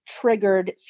triggered